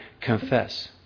Confess